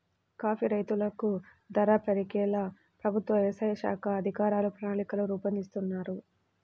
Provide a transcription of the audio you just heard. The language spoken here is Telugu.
కాఫీ రైతులకు ధర పెరిగేలా ప్రభుత్వ వ్యవసాయ శాఖ అధికారులు ప్రణాళికలు రూపొందిస్తున్నారు